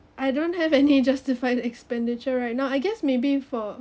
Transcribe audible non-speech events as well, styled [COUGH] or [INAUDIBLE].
I don't have any [LAUGHS] justified expenditure right now I guess maybe for